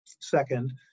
Second